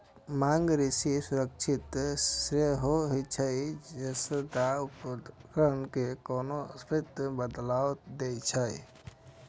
मांग ऋण सुरक्षित ऋण होइ छै, जे ऋणदाता उधारकर्ता कें कोनों संपत्तिक बदला दै छै